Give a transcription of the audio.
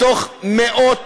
מתוך מאות